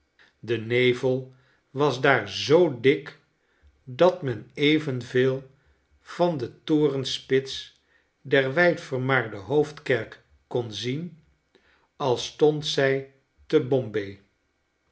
de nevel was daar zoo dik dat men evenveel van de torenspits der wijd vermaarde hoofdkerk kon zien als stond zij tebombay